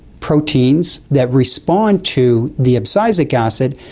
proteins that respond to the abscisic acid.